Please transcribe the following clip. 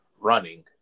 running